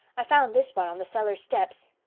i found this one on the cellar steps.